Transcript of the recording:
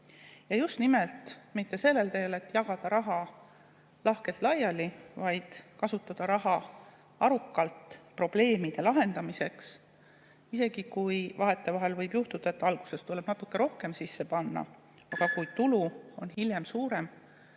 ja just nimelt mitte sellel teel, et jagada raha lahkelt laiali, vaid kasutada raha arukalt probleemide lahendamiseks, isegi kui vahetevahel võib juhtuda, et alguses tuleb natuke rohkem sisse panna. Aga kui tulu on hiljem suurem,